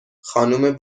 خانم